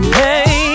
hey